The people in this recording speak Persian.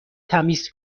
تمیز